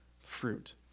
fruit